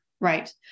Right